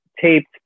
taped